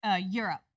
Europe